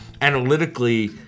analytically